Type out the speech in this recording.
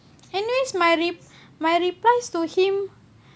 and then my my replies to him